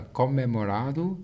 comemorado